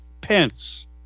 Pence